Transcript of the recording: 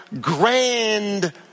grand